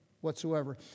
whatsoever